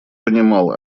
понимал